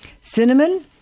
Cinnamon